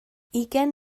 ugain